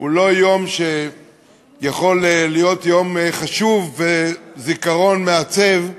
הוא לא יום שיכול להיות יום חשוב וזיכרון מעצב,